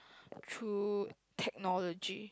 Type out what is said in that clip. through technology